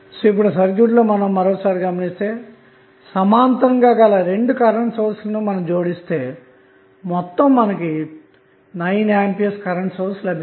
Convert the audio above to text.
ఇప్పుడు సర్క్యూట్ లో మీరు గమనిస్తే సమాంతరంగా గల రెండు కరెంటు సోర్స్ లను జోడిస్తే మొత్తం 9A కరెంటు సోర్స్ లభిస్తుంది